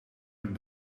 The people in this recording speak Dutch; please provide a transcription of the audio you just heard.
met